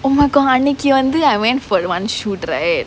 oh my god அன்னைக்கு வந்து:annaikku vanthu I went for one shoot right